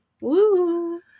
Woo